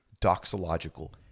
doxological